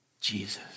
Jesus